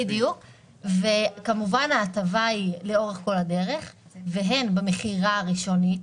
בדיוק וכמובן ההטבה היא לאורך כל הדרך והן במכירה הראשונית,